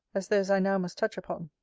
as those i now must touch upon.